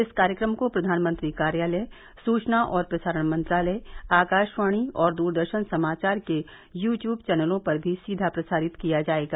इस कार्यक्रम को प्रधानमंत्री कार्यालय सूचना और प्रसारण मंत्रालय आकाशवाणी और दूरदर्शन समाचार के यू ट्यूब चैनलों पर भी सीधा प्रसारित किया जायेगा